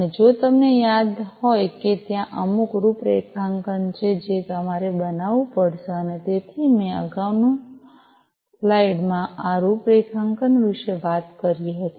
અને જો તમને યાદ હોય કે ત્યાં અમુક રૂપરેખાંકન છે જે તમારે બનાવવું પડશે અને તેથી મેં અગાઉ સ્લાઇડ માં આ રૂપરેખાંકન વિશે વાત કરી હતી